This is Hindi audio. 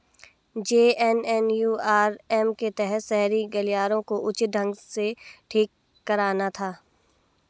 जे.एन.एन.यू.आर.एम के तहत शहरी गलियारों को उचित ढंग से ठीक कराना था